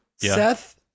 Seth